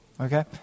Okay